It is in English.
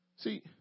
See